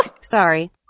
Sorry